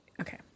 Okay